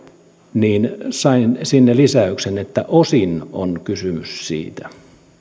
niin sain sinne lisäyksen että osin on kysymys siitä